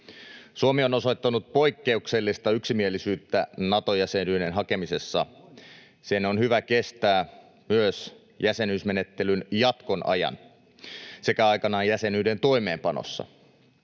Suomi on osoittanut poikkeuksellista yksimielisyyttä Nato-jäsenyyden hakemisessa. Sen on hyvä kestää myös jäsenyysmenettelyn jatkon ajan sekä aikanaan jäsenyyden toimeenpanossa.